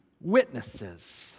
witnesses